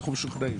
אנחנו משוכנעים.